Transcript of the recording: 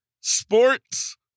Sports